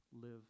live